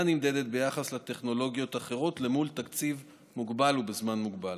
נמדדת ביחס לטכנולוגיות אחרות למול תקציב מוגבל בזמן מוגבל.